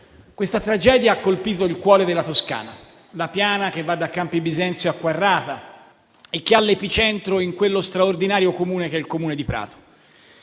questa tragedia ha colpito il cuore della Toscana, la piana che va da Campi Bisenzio a Quarrata e che ha l'epicentro in quello straordinario comune che è il Comune di Prato.